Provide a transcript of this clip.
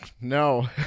No